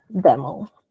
Demo